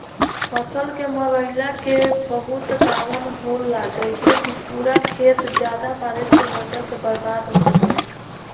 फसल के मरईला के बहुत कारन होला जइसे कि पूरा खेत ज्यादा बारिश के वजह से बर्बाद हो गईल